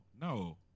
no